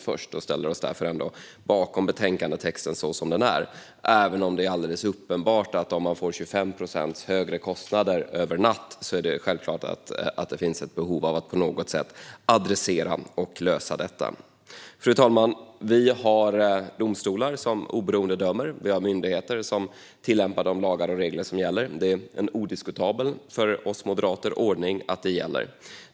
Vi ställer oss därför bakom betänkandetexten sådan den är. Det är dock alldeles uppenbart att om man över en natt får 25 procent högre kostnader finns det ett behov av att på något sätt lösa detta. Fru talman! Vi har domstolar som dömer oberoende. Vi har myndigheter som tillämpar de lagar och regler som gäller. Det är en för oss moderater odiskutabel ordning att detta gäller.